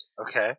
Okay